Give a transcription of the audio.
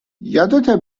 یادته